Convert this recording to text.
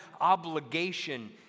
obligation